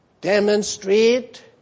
demonstrate